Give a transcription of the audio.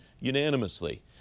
unanimously